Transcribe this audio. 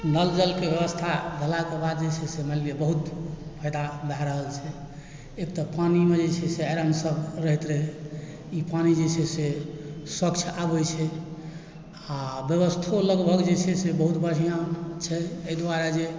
नल जलके व्यवस्था भेलाकेँ बाद जे छै से मानि लिअ बहुत फायदा भए रहल छै एक तऽ पानीमे जे छै से आयरनसभ रहैत रहय ई पानी जे छै से स्वच्छ आबैत छै आ व्यवस्थो लगभग जे छै से बहुत बढ़िआँ छै एहि दुआरे जे